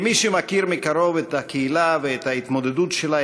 כמי שמכיר מקרוב את הקהילה ואת ההתמודדות שלה